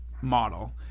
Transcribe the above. model